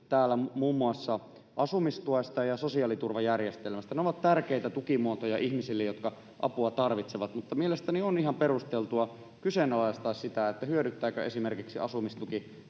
täällä muun muassa asumistuesta ja sosiaaliturvajärjestelmästä. Ne ovat tärkeitä tukimuotoja ihmisille, jotka apua tarvitsevat, mutta mielestäni on ihan perusteltua kyseenalaistaa sitä, hyödyttääkö esimerkiksi asumistuki